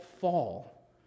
fall